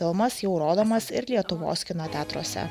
filmas jau rodomas ir lietuvos kino teatruose